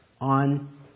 on